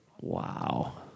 Wow